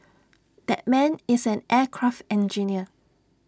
that man is an aircraft engineer